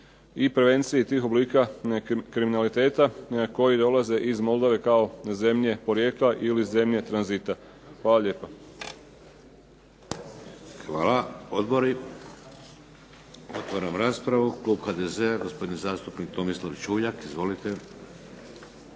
i prevencije tih oblika kriminaliteta koji dolaze iz Moldove kao zemlje porijekla ili zemlje tranzita. **Šeks, Vladimir (HDZ)** Hvala lijepa. Odbori? Otvaram raspravu. Klub HDZ-a gospodin zastupnik Tomislav Čuljak. Izvolite.